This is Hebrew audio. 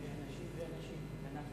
אדוני היושב-ראש, חברי חברי